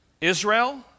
Israel